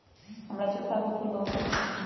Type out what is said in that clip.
हमरा चंपा के फूल बहुते पसिन्न हइ